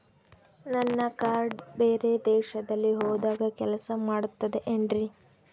ನನ್ನ ಕಾರ್ಡ್ಸ್ ಬೇರೆ ದೇಶದಲ್ಲಿ ಹೋದಾಗ ಕೆಲಸ ಮಾಡುತ್ತದೆ ಏನ್ರಿ?